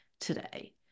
today